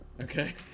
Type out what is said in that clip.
Okay